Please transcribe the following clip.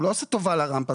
הוא לא עושה טובה עם הרמפה,